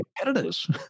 competitors